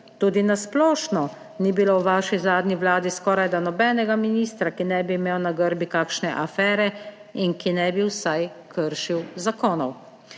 Tudi na splošno ni bilo v vaši zadnji vladi skorajda nobenega ministra, ki ne bi imel na grbi kakšne afere in ki ne bi vsaj kršil zakonov.